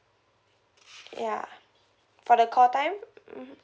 ya for the call time mmhmm